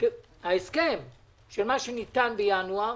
ההסכם שניתן בינואר,